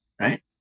right